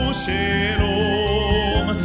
shalom